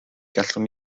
gallwn